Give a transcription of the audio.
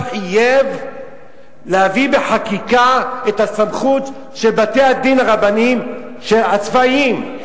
חייב להביא בחקיקה את הסמכות של בתי-הדין הרבניים הצבאיים,